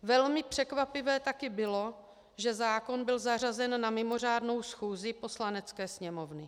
Velmi překvapivé taky bylo, že zákon byl zařazen na mimořádnou schůzi Poslanecké sněmovny.